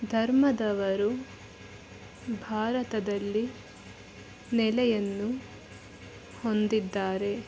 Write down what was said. ಧರ್ಮದವರು ಭಾರತದಲ್ಲಿ ನೆಲೆಯನ್ನು ಹೊಂದಿದ್ದಾರೆ